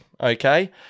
okay